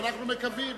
ואנחנו מקווים,